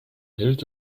hilt